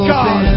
God